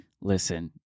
Listen